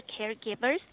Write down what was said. caregivers